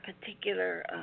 particular